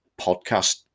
podcast